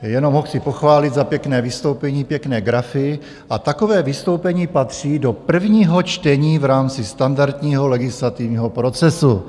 Jenom ho chci pochválit za pěkné vystoupení, pěkné grafy a takové vystoupení patří do prvního čtení v rámci standardního legislativního procesu.